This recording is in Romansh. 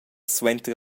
suenter